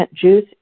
Juice